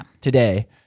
today